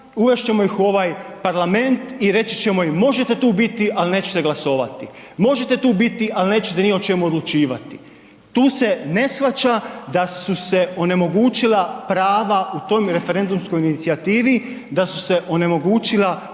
uvest ćemo ih u ovaj Parlament i reći ćemo im možete tu biti, ali nećete glasovati, možete tu biti ali nećete ni o čemu odlučivati. Tu se ne shvaća da su se onemogućila prava u toj referendumskoj inicijativi, da su se onemogućila prava